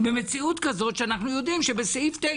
במציאות כזאת כשאנחנו יודעים שסעיף 9